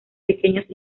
pequeños